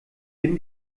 bin